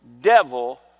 devil